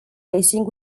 racing